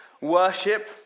worship